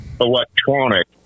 electronic